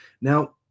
now